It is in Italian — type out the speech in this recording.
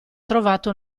trovato